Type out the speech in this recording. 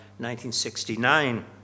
1969